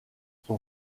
son